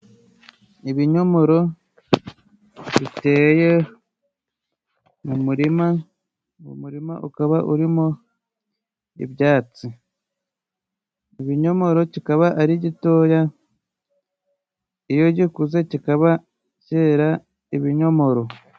Ibiinyomoro biteye mu murima ,mu murima ukaba urimo ibyatsi .Ibinyomoro kiba ari gitoya ,iyo gikuze kikaba cyera ibinyomoro.